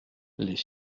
les